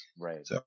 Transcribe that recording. Right